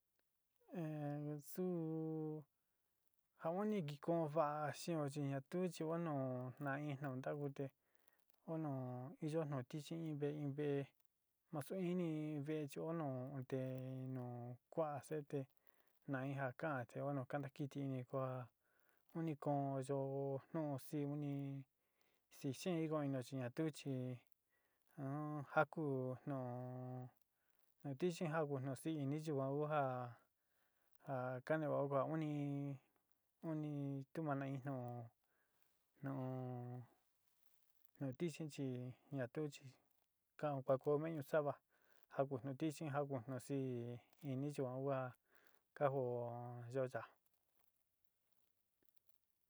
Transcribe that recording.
su ja uni ki ko'ón va'a xeen'ó chi ña tu chi oó nu na in nu ntaku te ku nu iyo nu tichi in ve'é in ve'é masu ini ve'é chi oó nu in te nu kua see te na in ja kaan te óó nu ka ntakiti ini kua uni koón yo nu se uni xeen xeen ku inio chi na tu chi un jaku nu nu tichi ja ku nusíí ini chi yuan ku ja ja kañavao ko uni uni tumajna intyó nu nu tichi chi ña tuú chi kan'ó kua ku meño sa'ava jakuin nu tichi ja kuun nu sií ini yuan kua ka joó yo ya'a.